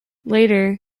later